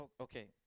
okay